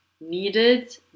needed